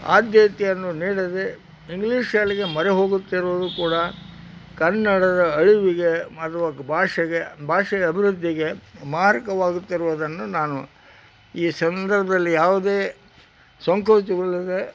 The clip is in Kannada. ಆದ್ಯತೆಯನ್ನು ನೀಡದೇ ಇಂಗ್ಲೀಷ್ ಶಾಲೆಗೆ ಮೊರೆಹೋಗುತ್ತಿರುವುದು ಕೂಡ ಕನ್ನಡದ ಅಳಿವಿಗೆ ಭಾಷೆಗೆ ಭಾಷೆಯ ಅಭಿವೃದ್ಧಿಗೆ ಮಾರಕವಾಗುತ್ತಿರುವದನ್ನು ನಾನು ಈ ಸಂದರ್ಭದಲ್ಲಿ ಯಾವುದೇ ಸಂಕೋಚವಿಲ್ಲದೆ